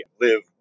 live